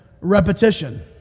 repetition